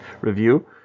review